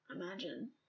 imagine